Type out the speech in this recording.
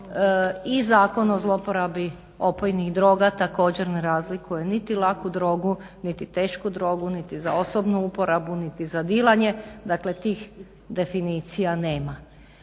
I Zakon o uporabi opojnih droga također ne razlikuje niti laku drogu niti tešku drogu niti za osobnu uporabu niti za dilanje, dakle tih definicija nema.